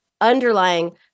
underlying